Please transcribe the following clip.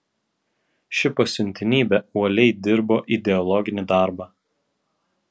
ši pasiuntinybė uoliai dirbo ideologinį darbą